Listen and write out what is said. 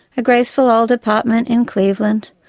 a graceful old apartment in cleveland,